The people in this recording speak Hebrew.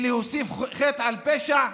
להוסיף חטא על פשע,